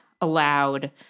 allowed